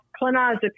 clonazepam